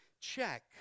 check